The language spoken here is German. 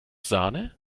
sahne